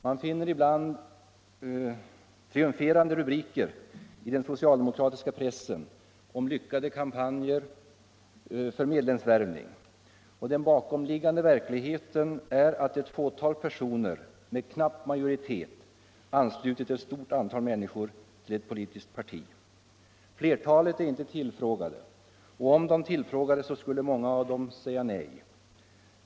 Man finner ibland triumferande rubriker i den socialdemokratiska pressen om lyckade kampanjer för medlemsvärvning. Den bakomliggande verkligheten är att ett fåtal personer med knapp majoritet anslutit ett stort antal människor till ett politiskt parti. Flertalet är inte tillfrågade, och om de tillfrågades skulle många av dem säga nej.